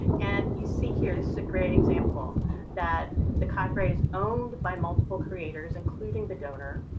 and you see here, this is a great example that the copyright is owned by multiple creators including the donor,